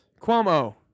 Cuomo